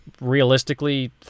realistically